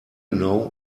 know